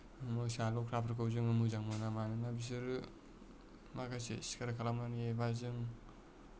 मोसा लख्राफोरखौ जोङो मोजां मोना मानोना बिसोरो माखासे सिखार खालामनानै एबा जों